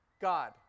God